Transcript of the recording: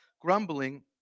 grumbling